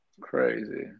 Crazy